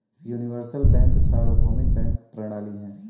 universal bank सार्वभौमिक bank प्रणाली है